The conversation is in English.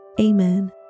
Amen